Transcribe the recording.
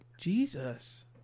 Jesus